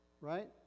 Right